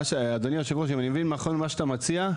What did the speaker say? אדוני יושב הראש, אם אני מבין נכון מה שאתה מציע,